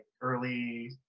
early